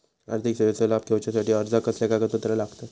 आर्थिक सेवेचो लाभ घेवच्यासाठी अर्जाक कसले कागदपत्र लागतत?